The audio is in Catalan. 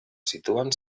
situen